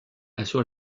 assure